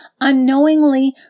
unknowingly